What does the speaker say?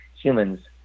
humans